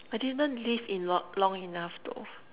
I didn't live enlo~ long enough though